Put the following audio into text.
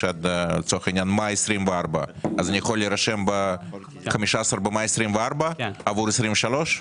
עד מאי 24' אז אני יכול להירשם ב-15 במאי 24' עבור 23'?